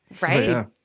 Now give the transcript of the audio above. Right